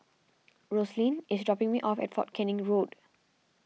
Roslyn is dropping me off at fort Canning Road